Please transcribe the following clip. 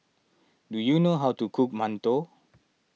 do you know how to cook Mantou